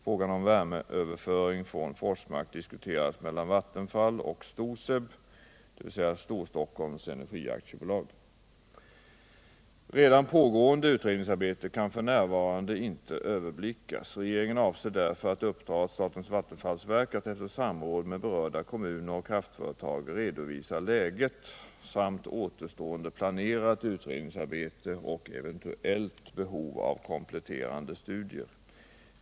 Frågan om värmeöverföring från Forsmark diskuteras mellan Vattenfall och STOSEB . Redan pågående utredningsarbete kan f.n. inte överblickas. Regeringen avser därför att uppdra åt statens vattenfallsverk att efter samråd med berörda kommuner och kraftföretag redovisa läget samt återstående planerat utredningsarbete och eventuellt behov av kompletterande studier.